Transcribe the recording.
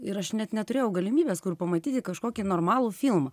ir aš net neturėjau galimybės kur pamatyti kažkokį normalų filmą